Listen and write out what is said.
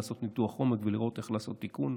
לעשות ניתוח עומק ולראות איך לעשות תיקון,